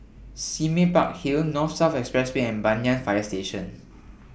Sime Park Hill North South Expressway and Banyan Fire Station